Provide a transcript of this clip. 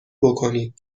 بکنید